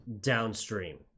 downstream